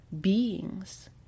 beings